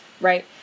right